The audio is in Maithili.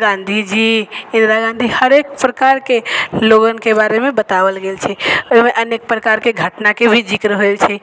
गांधी जी इंदिरा गांधी हरेक प्रकार के लोगन के बारे मे बताओल गेल छै ओहिमे अनेक प्रकार के घटना के भी जिक्र होल छै